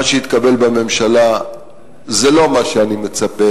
מה שהתקבל בממשלה זה לא מה שאני מצפה,